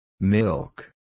Milk